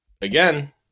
again